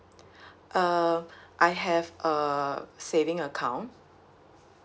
uh I have a saving account